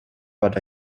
but